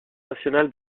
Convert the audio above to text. national